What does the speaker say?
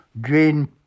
green